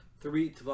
three